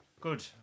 good